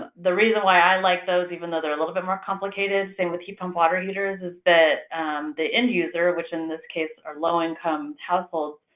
the reason why i like those, even though they're a little bit more complicated same with heat pump water heaters is that the end user, which in this case are low-income households,